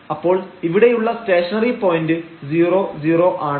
അപ്പോൾ ഇവിടെയുള്ള stationery point 00 ആണ്